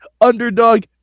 underdog